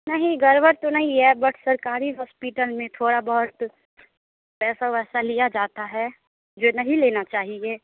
नहीं गड़बड़ तो नहीं है बट सरकारी हॉस्पिटल में थोड़ा बहुत पैसा वैसा लिया जाता है जो नहीं लेना चाहिए